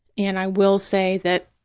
and i will say that,